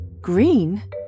Green